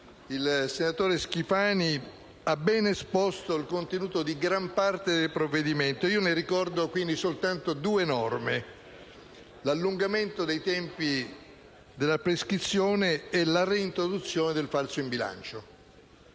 il senatore Schifani ha ben esposto il contenuto di gran parte del provvedimento, di cui quindi ricorderò soltanto due norme: l'allungamento dei tempi della prescrizione e la reintroduzione del falso in bilancio.